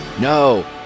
No